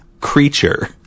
creature